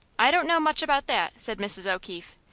i don't know much about that, said mrs. o'keefe.